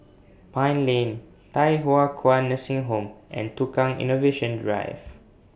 Pine Lane Thye Hua Kwan Nursing Home and Tukang Innovation Drive